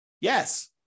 Yes